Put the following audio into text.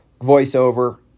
voiceover